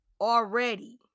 already